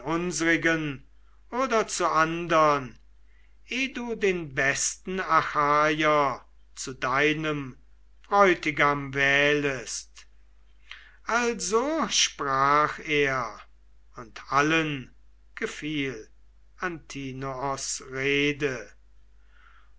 oder zu andern eh du den besten achaier zu deinem bräutigam wählest also sprach er und allen gefiel antinoos rede